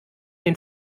den